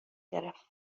گرفت